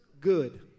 good